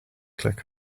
click